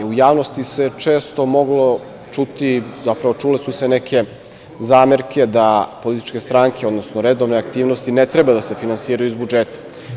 U javnosti se često moglo čuti, zapravo čule su se neke zamerke da političke stranke, odnosno redovne aktivnosti ne treba da se finansiraju iz budžeta.